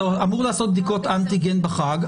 אתה אמור לעשות בדיקות אנטיגן בחג.